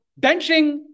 benching